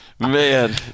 Man